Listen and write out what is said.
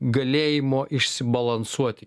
galėjimo išsibalansuoti